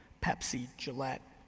pepsi, gillette,